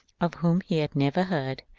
of whom he had never heard,